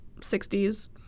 60s